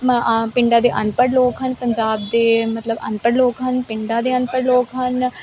ਪਿੰਡਾਂ ਦੇ ਅਨਪੜ੍ਹ ਲੋਕ ਹਨ ਪੰਜਾਬ ਦੇ ਮਤਲਬ ਅਨਪੜ੍ਹ ਲੋਕ ਹਨ ਪਿੰਡਾਂ ਦੇ ਅਨਪੜ੍ਹ ਲੋਕ ਹਨ